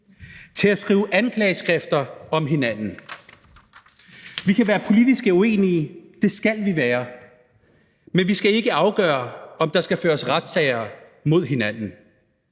at skrive anklageskrifter mod hinanden. Vi kan være politisk uenige – det skal vi være – men vi skal ikke afgøre, om der skal føres retssager mod hinanden.